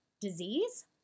disease